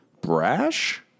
Brash